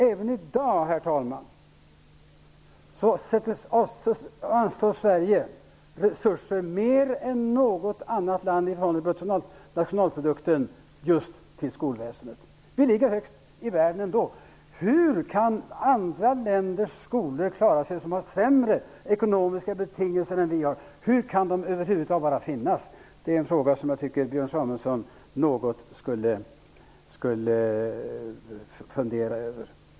Även i dag, herr talman, anslår Sverige mer resurser än något annat land i förhållande till bruttonationalprodukten just till skolväsendet. Vi ligger högst i världen ändå. Hur kan andra länders skolor klara sig som har sämre ekonomiska betingelser än vi har? Hur kan de över huvud taget bara finnas? Det är frågor som jag tycker att Björn Samuelson skulle något fundera över.